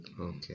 Okay